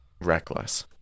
reckless